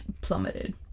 Plummeted